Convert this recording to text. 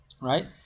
right